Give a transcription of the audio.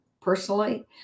personally